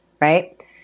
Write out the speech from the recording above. right